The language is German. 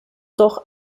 doch